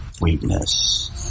weakness